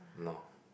no